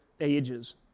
ages